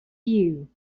you